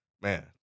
man